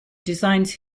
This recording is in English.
designs